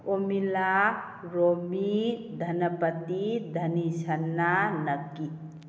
ꯑꯣꯃꯤꯂꯥ ꯔꯣꯃꯤ ꯙꯅꯄꯇꯤ ꯙꯅꯤꯁꯅꯥ ꯅꯛꯀꯤ